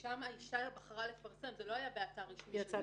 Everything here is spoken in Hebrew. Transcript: אבל שם האישה בחרה לפרסם, זה לא היה באתר רשמי.